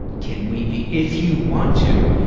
can we be, if you want to,